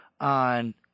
on